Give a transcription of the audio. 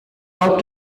ought